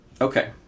Okay